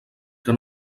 que